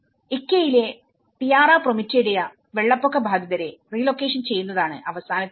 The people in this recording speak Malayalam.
ഇക്കയിലെ ടിയറ പ്രൊമെറ്റിഡയിലെവെള്ളപ്പൊക്ക ബാധിതരെ റീലൊക്കേഷൻ ചെയ്യുന്നതാണ് അവസാനത്തേത്